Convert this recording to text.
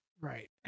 Right